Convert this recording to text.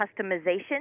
customization